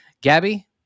Gabby